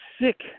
sick